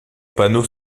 panneau